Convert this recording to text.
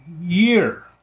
year